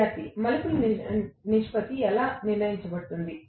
విద్యార్థి మలుపుల నిష్పత్తి ఎలా నిర్ణయించబడుతుంది